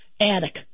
Attic